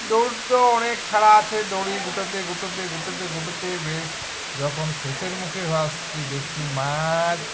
ডোর তো অনেক ছাড়া আছে দড়ি গোটাতে গোটাতে গোটাতে গোটাতে বেশ যখন শেষের মুখে হয়ে আসছে দেখছি মাছ